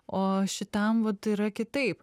o šitam vat yra kitaip